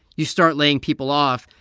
you start laying people off.